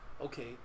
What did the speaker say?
okay